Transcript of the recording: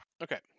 Okay